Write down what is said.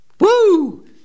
Woo